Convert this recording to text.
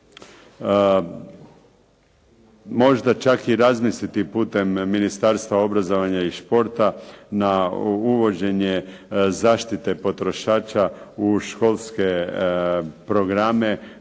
Možda čak i razmisliti putem Ministarstva obrazovanja i športa na uvođenje zaštite potrošača u školske programe,